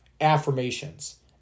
Affirmations